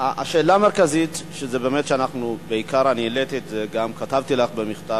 השאלה המרכזית, גם כתבתי לך במכתב